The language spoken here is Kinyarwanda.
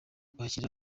kwakira